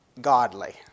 godly